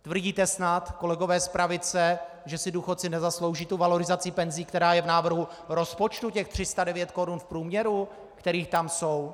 Tvrdíte snad, kolegové z pravice, že si důchodci nezaslouží valorizaci penzí, která je v návrhu rozpočtu 309 korun v průměru, které tam jsou.